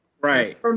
Right